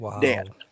dead